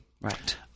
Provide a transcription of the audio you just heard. Right